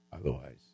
otherwise